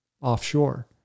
offshore